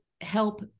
help